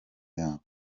yabo